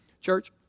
Church